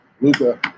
Luca